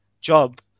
job